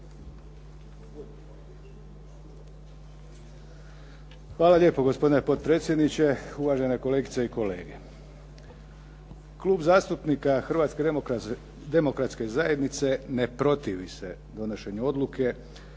Hvala lijepo gospodine potpredsjedniče. Uvažene kolegice i kolege. Klub zastupnika Hrvatske demokratske zajednice ne protivi se donošenju odluke